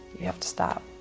you have to stop.